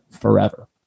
forever